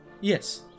Yes